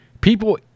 People